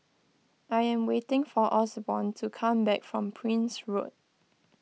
I am waiting for Osborne to come back from Prince Road